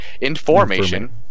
Information